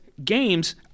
Games